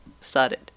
started